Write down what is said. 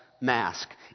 mask